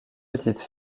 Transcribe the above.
petite